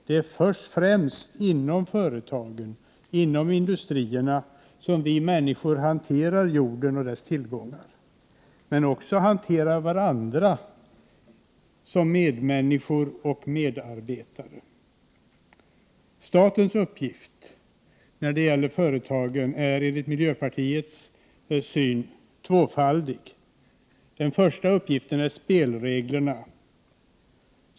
Det är främst inom företagen och industrierna som vi människor hanterar jorden och dess tillgångar men också hanterar varandra som medmänniskor och medarbetare. Enligt miljöpartiets syn har staten två uppgifter när det gäller företagen. Den första uppgiften gäller spelreglerna.